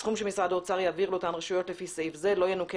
הסכום שמשרד האוצר יעביר לאותן רשויות לפי סעיף זה לא ינוכה